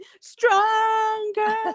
Stronger